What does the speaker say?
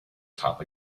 top